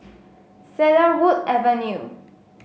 Cedarwood Avenue